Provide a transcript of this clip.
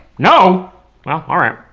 no. no? oh alright.